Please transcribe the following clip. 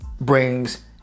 brings